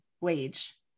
wage